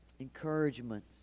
Encouragement